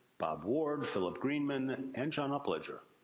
bob ward, philip greenman, and john upledger.